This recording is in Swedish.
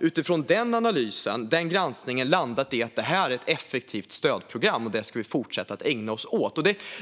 Utifrån den analysen, den granskningen, har man landat i att detta är ett effektivt stödprogram som vi ska fortsätta att ägna oss åt.